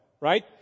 right